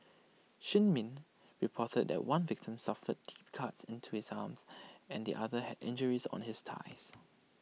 shin min reported that one victim suffered deep cuts into his arm and the other had injuries on his thigh